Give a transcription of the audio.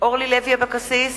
אורלי לוי אבקסיס,